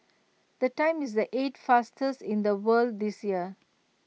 the time is the eight fastest in the world this year